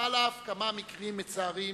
ועל אף כמה מקרים מצערים,